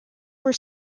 were